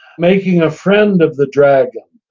making a friend of the dragon,